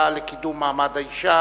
"שלום עכשיו",